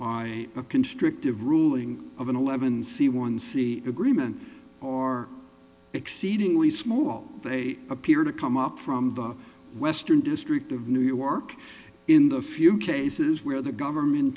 the constrictive ruling of an eleven c one c agreement are exceedingly small they appear to come up from the western district of new york in the few cases where the government